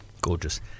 gorgeous